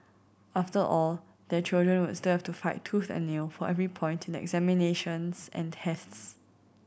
after all their children would still have to fight tooth and nail for every point in examinations and tests